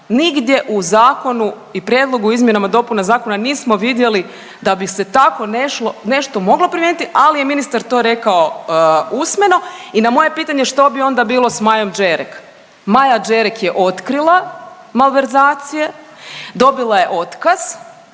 Nigdje u zakonu i prijedlogu o izmjenama i dopuna zakona nismo vidjeli da bi se tako nešto moglo primijeniti, ali je ministar to rekao usmeno i na moje pitanje što bi onda bilo s Majom Đerek? Maja Đerek je otkrila malverzacije, dobila je otkaz,